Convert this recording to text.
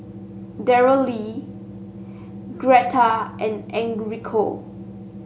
Daryle Greta and Enrico